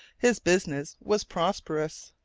his business was prosperous.